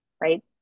right